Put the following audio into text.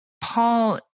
Paul